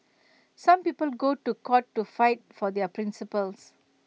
some people go to court to fight for their principles